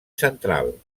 central